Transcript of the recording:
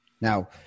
Now